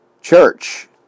Church